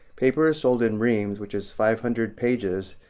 paper is sold in reams, which is five hundred pages,